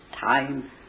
time